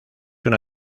una